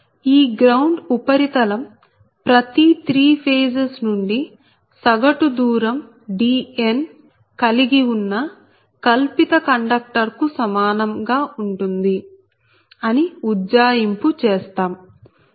ఈ గ్రౌండ్ ఉపరితలం ప్రతి త్రీ ఫేజెస్ నుండి సగటు దూరం Dn కలిగి ఉన్న కల్పిత కండక్టర్ కు సమానంగా ఉంటుంది అని ఉజ్జాయింపు చేస్తాం